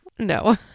no